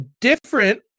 Different